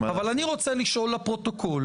אבל אני רוצה לשאול לפרוטוקול,